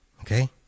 Okay